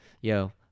yo